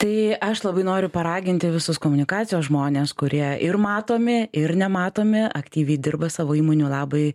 tai aš labai noriu paraginti visus komunikacijos žmones kurie ir matomi ir nematomi aktyviai dirba savo įmonių labui